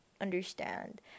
understand